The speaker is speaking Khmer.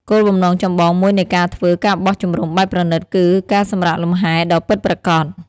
គោលបំណងចម្បងមួយនៃការធ្វើ ការបោះជំរំបែបប្រណីត គឺ ការសម្រាកលំហែ ដ៏ពិតប្រាកដ។